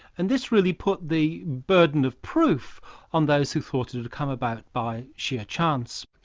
and this really put the burden of proof on those who thought it had come about by sheer chance.